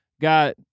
got